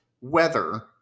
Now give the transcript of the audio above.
weather